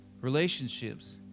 relationships